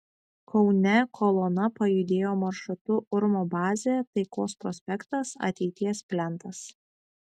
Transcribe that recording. kaune kolona pajudėjo maršrutu urmo bazė taikos prospektas ateities plentas